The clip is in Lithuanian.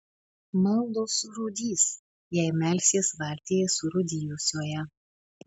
maldos surūdys jei melsies valtyje surūdijusioje